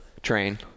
train